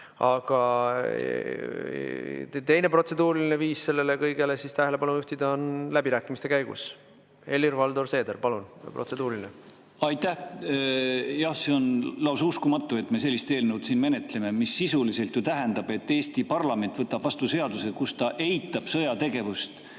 Aga teine protseduuriline viis sellele kõigele tähelepanu juhtida on [teha seda] läbirääkimiste käigus. Helir-Valdor Seeder, palun, protseduuriline! Aitäh! Jah, see on lausa uskumatu, et me sellist eelnõu siin menetleme. See sisuliselt ju tähendab, et Eesti parlament võtab vastu seaduse, milles ta eitab sõjategevust